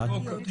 זה לא בסדר.